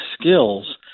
skills